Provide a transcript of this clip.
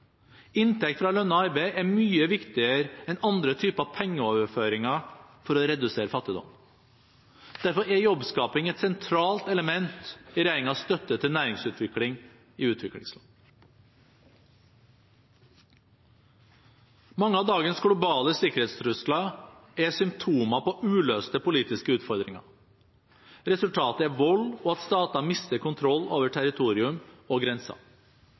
Inntekt fra lønnet arbeid er mye viktigere enn andre typer pengeoverføringer for å redusere fattigdom. Derfor er jobbskaping et sentralt element i regjeringens støtte til næringsutvikling i utviklingsland. Mange av dagens globale sikkerhetstrusler er symptomer på uløste politiske utfordringer. Resultatet er vold og at stater mister kontroll over territorium og